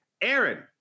Aaron